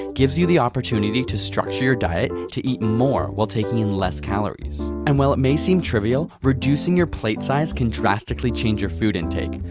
gives you the opportunity to structure your diet to eat more while taking less calories. and while it may seem trivial, reducing your plate size can drastically change your food intake.